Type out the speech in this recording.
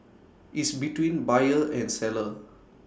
is between buyer and seller